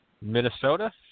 Minnesota